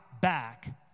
back